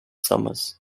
summers